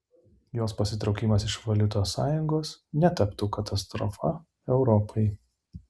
jos pasitraukimas iš valiutos sąjungos netaptų katastrofa europai